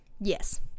Yes